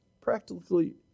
practically